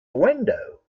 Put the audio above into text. window